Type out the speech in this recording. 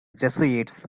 jesuits